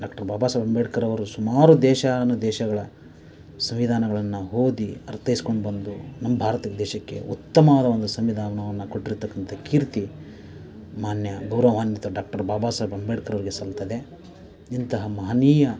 doctor Baba Saheb ಅಂಬೇಡ್ಕರವರು ಸುಮಾರು ದೇಶಾನು ದೇಶಗಳ ಸಂವಿಧಾನಗಳನ್ನ ಓದಿ ಅರ್ಥೈಸ್ಕೊಂಡು ಬಂದು ನಮ್ಮ ಭಾರತ ದೇಶಕ್ಕೆ ಉತ್ತಮವಾದ ಒಂದು ಸಂವಿಧಾನವನ್ನ ಕೊಟ್ಟಿರ್ತಕ್ಕಂಥ ಕೀರ್ತಿ ಮಾನ್ಯ ಗೌರವಾನ್ವಿತ ಡಾಕ್ಟರ್ ಬಾಬಾ ಸಾಹೇಬ್ ಅಂಬೇಡ್ಕರವರಿಗೆ ಸಲ್ತದೆ ಇಂತಹ ಮಹನೀಯ